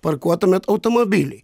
parkuotumėt automobilį